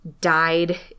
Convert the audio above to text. died